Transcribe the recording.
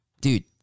dude